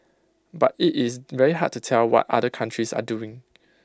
but IT is very hard to tell what other countries are doing